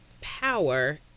power